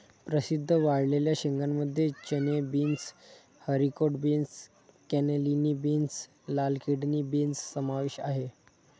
प्रसिद्ध वाळलेल्या शेंगांमध्ये चणे, beans, haricot beans, cannellini beans, लाल किडनी बीन्स समावेश आहे